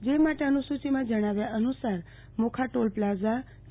જે માટે અનુ સૂ ચિમાં જણાવ્યા અનુ સાર મોખા ટોલ પ્લાઝાતા